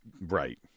Right